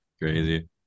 crazy